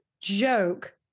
joke